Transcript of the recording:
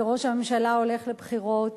שראש הממשלה הולך לבחירות